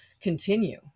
continue